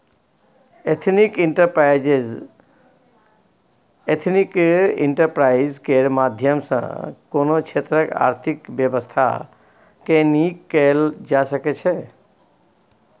ethnic enterprise केर माध्यम सँ कोनो क्षेत्रक आर्थिक बेबस्था केँ नीक कएल जा सकै छै